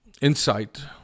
insight